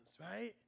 right